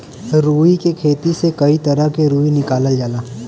रुई के खेती से कई तरह क रुई निकालल जाला